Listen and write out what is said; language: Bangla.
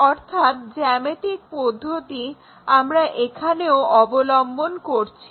অর্থাৎ জ্যামিতিক পদ্ধতি আমরা এখানেও অবলম্বন করছি